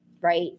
right